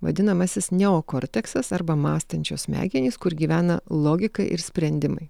vadinamasis neokorteksas arba mąstančios smegenys kur gyvena logika ir sprendimai